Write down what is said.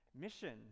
mission